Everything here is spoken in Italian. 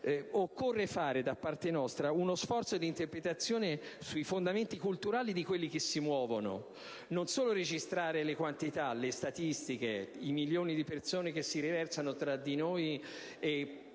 occorre fare da parte nostra uno sforzo di interpretazione sui fondamenti culturali di coloro che si muovono: occorre non solo registrare le quantità, le statistiche, i milioni di persone che si riversano tra di noi